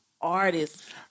artists